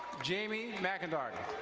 jamie mackagarden.